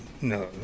No